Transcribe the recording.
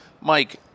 Mike